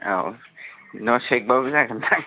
औ नङा चेक बाबो जागोन दां